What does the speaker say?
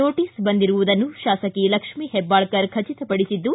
notice ಬಂದಿರುವುದನ್ನು ಶಾಸಕಿ ಲಕ್ಷ್ಮೀ ಹೆಬ್ಬಾಳ್ಳರ್ ಖಚತಪಡಿಸಿದ್ದು